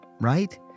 right